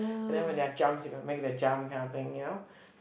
and then when they are jumps you gotta make the jump kind of thing you know